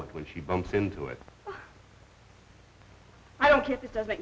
it when she bumps into it i don't care if it doesn't